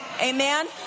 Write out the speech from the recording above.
Amen